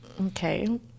Okay